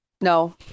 No